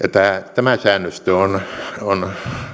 tämä säännöstö on on